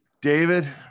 David